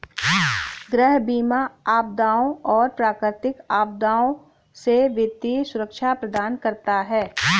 गृह बीमा आपदाओं और प्राकृतिक आपदाओं से वित्तीय सुरक्षा प्रदान करता है